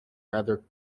rather